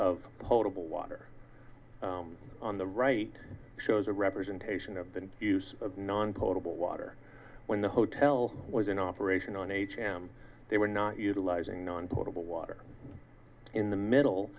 of potable water on the right shows a representation of the use of non potable water when the hotel was in operation on h m they were not utilizing non potable water in the middle